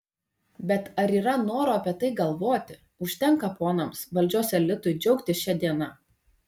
bet ar yra noro apie tai galvoti užtenka ponams valdžios elitui džiaugtis šia diena